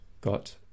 got